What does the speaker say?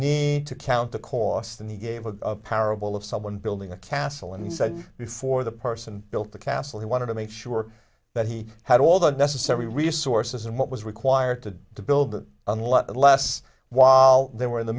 need to count the cost and he gave a parable of someone building a castle and he said before the person built the castle he wanted to make sure that he had all the necessary resources and what was required to build on lot less while they were in the